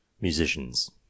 musicians